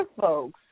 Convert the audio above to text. folks